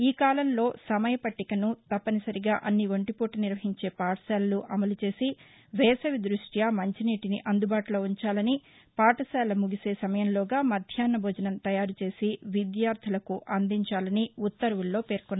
ఈ కాలం లో సమయ పట్లికను తప్పని సరిగా అన్ని ఒంటిపూట నిర్వహించే పాఠశాలలు అమలు చేసి వేసవి దృష్ట్య మంచినీటిని అందుబాటులో ఉంచాలని పాఠశాల ముగిసే సమయంలోగా మధ్యాహ్న భోజనం తయారు చేసి విద్యార్టులకు అందించాలని ఉత్తర్వులలో పేర్కొన్నారు